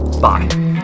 bye